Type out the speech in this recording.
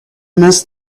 miss